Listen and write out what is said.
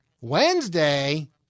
Wednesday